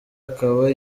akaba